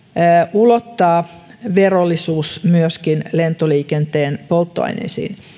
ulottaa verollisuus myöskin lentoliikenteen polttoaineisiin